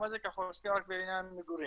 הזה כי אנחנו עוסקים רק בעניין מגורים.